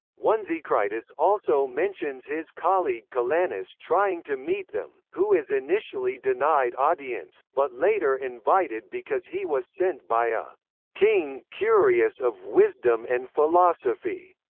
onesicritus also mentions his colleague calanus trying to meet them, who is initially denied audience, but later invited because he was sent by a king curious of wisdom and philosophy.